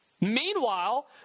Meanwhile